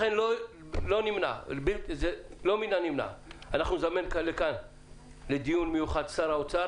לכן לא מן הנמנע נזמן לכאן לדיון מיוחד את שר האוצר